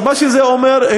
אז מה שזה אומר,